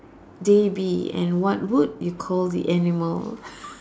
they be and what would you call the animal